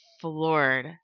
floored